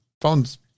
phone's